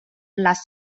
les